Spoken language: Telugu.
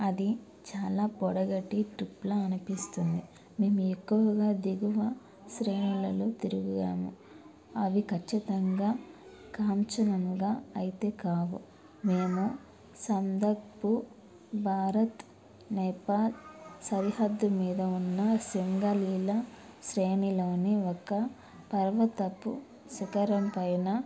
అది చాలా పొడవాటి ట్రిప్లా అనిపిస్తుంది మేము ఎక్కువగా దిగువ శ్రేణులలో తిరిగాము అవి ఖచ్చితంగా కాంచనంగా అయితే కావు మేము సందక్పూ భారత్ నేపాల్ సరిహద్దుమీద ఉన్న సింగలీలా శ్రేణిలోని ఒక పర్వతపు శిఖరంపైన